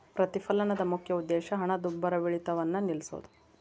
ಪ್ರತಿಫಲನದ ಮುಖ್ಯ ಉದ್ದೇಶ ಹಣದುಬ್ಬರವಿಳಿತವನ್ನ ನಿಲ್ಸೋದು